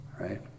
right